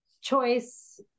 choice